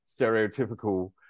stereotypical